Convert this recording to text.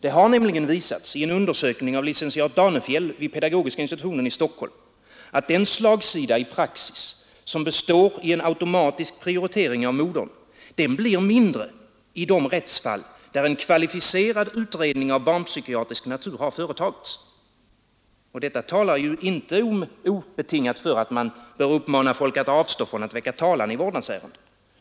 Det har nämligen visats, i en undersökning av licentiat Danefjäll vid pedagogiska institutionen i Stockholm, att den slagsida i praxis som består i en automatisk prioritering av modern blir mindre i de fall, där en kvalificerad utredning av barnpsykiatrisk natur företagits. Detta talar ju inte obetingat för att man bör uppmana folk att avstå från att väcka talan i vårdnadsärenden.